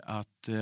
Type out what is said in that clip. att